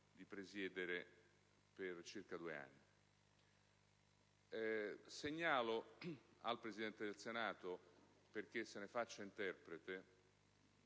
di presiedere per circa due anni. Segnalo al Presidente del Senato, perché se ne faccia interprete,